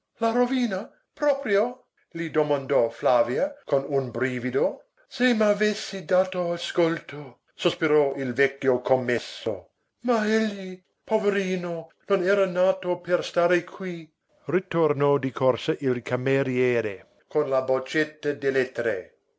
la rovina proprio gli domandò flavia con un brivido se m'avesse dato ascolto sospirò il vecchio commesso ma egli poverino non era nato per stare qui ritornò di corsa il cameriere con la boccetta dell'etere